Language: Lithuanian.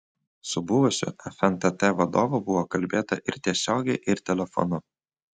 su buvusiu fntt vadovu buvo kalbėta ir tiesiogiai ir telefonu